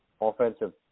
offensive